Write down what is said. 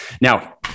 Now